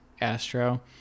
astro